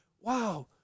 wow